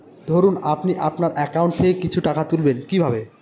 ধরুন আপনি আপনার একাউন্ট থেকে কিছু টাকা তুলবেন কিভাবে?